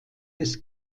des